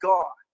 God